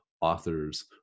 authors